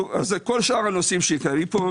כל שאר הנושאים שמועלים כאן,